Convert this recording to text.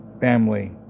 family